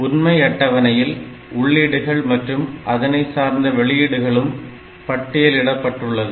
உண்மை அட்டவணையில் உள்ளீடுகள் மற்றும் அதனைச் சார்ந்த வெளியீடுகளும் பட்டியலிடப்பட்டுள்ளது